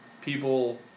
people